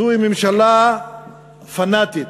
זאת ממשלה פנאטית